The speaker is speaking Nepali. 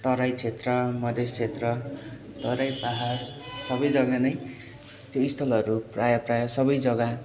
तराई क्षेत्र मधेस क्षेत्र तराई पाहाड सबै जग्गा नै त्यो स्थलहरू प्रायः प्रायः सबै जग्गा